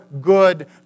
good